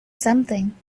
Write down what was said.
something